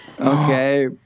okay